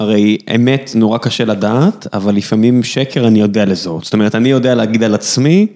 הרי אמת נורא קשה לדעת, אבל לפעמים שקר אני יודע לזהות, זאת אומרת אני יודע להגיד על עצמי.